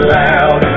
loud